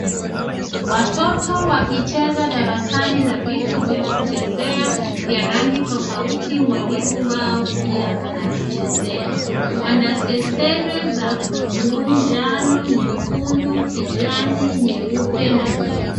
Watoto wakicheza darasani na vitu vya kuchezea vya rangi tofauti mwalimu wao pia anavichezea. Wana sesere za buluu, njano, nyekundu, kijani, nyeupe na nyeusi.